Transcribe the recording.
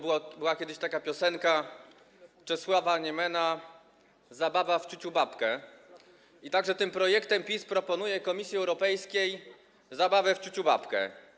Była kiedyś taka piosenka Czesława Niemena „Zabawa w ciuciubabkę” i tym projektem PiS proponuje Komisji Europejskiej zabawę w ciuciubabkę.